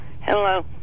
Hello